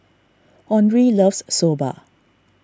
Henri loves Soba